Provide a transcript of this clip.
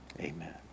amen